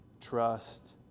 trust